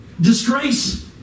Disgrace